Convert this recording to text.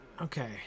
Okay